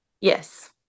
Yes